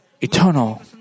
eternal